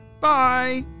bye